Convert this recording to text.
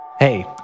Hey